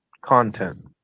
content